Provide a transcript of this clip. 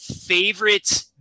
favorite